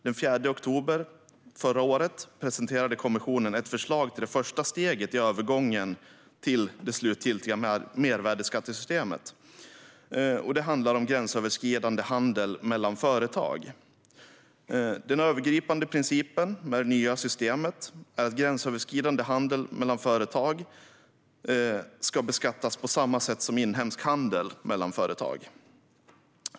Den 4 oktober förra året presenterade kommissionen ett förslag till det första steget i övergången till det slutgiltiga mervärdesskattesystemet. Det handlar om gränsöverskridande handel mellan företag. Den övergripande principen med det nya systemet är att gränsöverskridande handel mellan företag ska beskattas på samma sätt som inhemsk handel mellan företag.